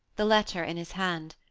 the letter in his hand.